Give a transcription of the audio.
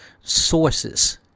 sources